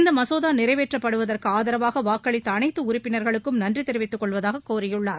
இந்த மசோதா நிறைவேற்றப்படுவதற்கு ஆதரவாக வாக்களித்த அனைத்து உறுப்பினர்களுக்கும் நன்றி தெரிவித்துக் கொள்வதாக கூறியுள்ளார்